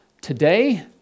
Today